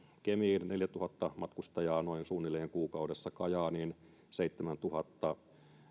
kemiin noin neljätuhatta matkustajaa kuukaudessa kajaaniin suunnilleen seitsemäntuhatta